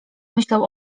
myślał